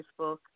Facebook